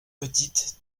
petites